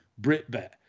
Britbet